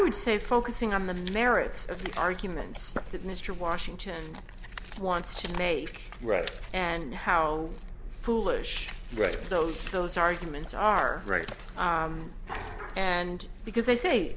would say focusing on the merits of the arguments that mr washington wants to make right and how foolish those those arguments are right and because they say